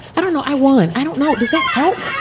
i don't know. i won. i don't know. does that help?